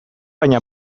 baina